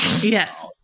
Yes